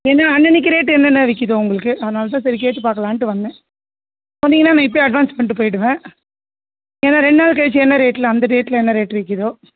ஏன்னா அன்னன்னைக்கு ரேட் என்னென்ன விற்கிது உங்களுக்கு அதனால தான் சரி கேட்டு பார்க்கலான்ட்டு வந்தேன் சொன்னிங்கன்னா நான் இப்போவே அட்வான்ஸ் பண்ணிட்டு போயிவிடுவேன் ஏன்னா ரெண்டு நாள் கழிச்சு என்ன ரேட்டில் அந்த ரேட்டில் என்ன ரேட் விற்கிதோ